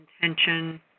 intention